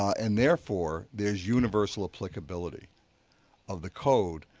and therefore, there's universal applicability of the code.